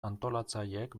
antolatzaileek